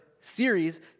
series